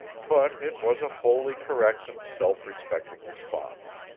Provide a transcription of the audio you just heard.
but it was a wholly correct and self-respecting response.